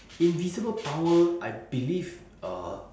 invisible power I believe uh